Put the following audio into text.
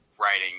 writing